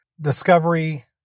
discovery